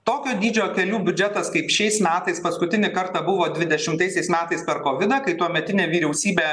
tokio dydžio kelių biudžetas kaip šiais metais paskutinį kartą buvo dvidešimtaisiais metais per kovidą kai tuometinė vyriausybė